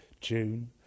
june